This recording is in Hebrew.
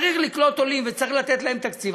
צריך לקלוט עולים וצריך לתת להם תקציב?